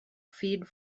feed